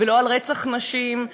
ולא על רצח נשים,